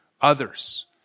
others